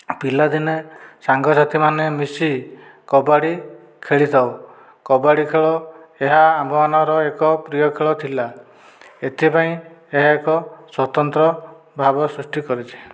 ପିଲାଦିନେ ସାଙ୍ଗ ସାଥୀମାନେ ମିଶି କବାଡ଼ି ଖେଳିଥାଉ କବାଡ଼ି ଖେଳ ଏହା ଆମ୍ଭମାନଙ୍କର ଏକ ପ୍ରିୟ ଖେଳ ଥିଲା ଏଥିପାଇଁ ଏହା ଏକ ସ୍ୱତନ୍ତ୍ର ଭାବ ସୃଷ୍ଟି କରିଛି